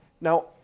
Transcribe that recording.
Now